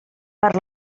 per